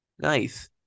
Nice